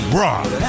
rock